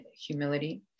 humility